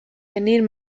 venir